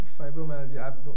Fibromyalgia